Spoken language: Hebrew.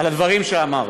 על הדברים שאמרת.